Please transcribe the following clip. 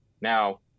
Now